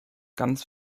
ganz